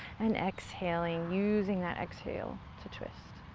and exhaling, using that exhale to twist.